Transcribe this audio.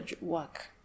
work